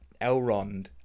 Elrond